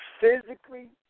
physically